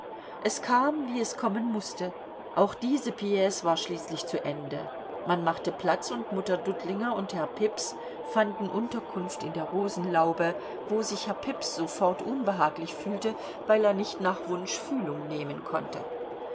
es kam wie es kommen mußte auch diese pice war schließlich zu ende man machte platz und mutter dudlinger und herr pips fanden unterkunft in der rosenlaube wo sich herr pips sofort unbehaglich fühlte weil er nicht nach wunsch fühlung nehmen konnte